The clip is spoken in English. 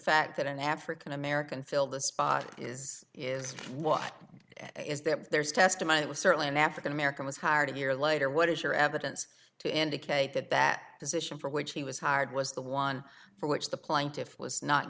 fact that an african american fill the spot is is what it is that there's testimony was certainly an african american was hard year later what is your evidence to indicate that that position for which he was hired was the one for which the plaintiffs was not